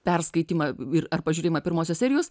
perskaitymą ir ar pažiūrėjimą pirmosios serijos